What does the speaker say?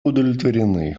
удовлетворены